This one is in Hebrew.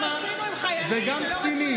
אם לא תעשי את זה,